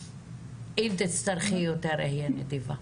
ואם תצטרכי יותר אהיה נדיבה.